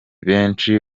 benshi